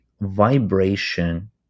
vibration